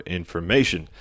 information